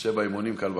קשה באימונים, קל בקרב,